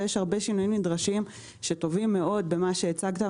ויש הרבה שינויים נדרשים טובים מאוד במה שהצגת,